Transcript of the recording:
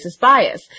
bias